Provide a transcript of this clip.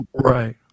Right